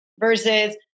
versus